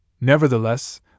Nevertheless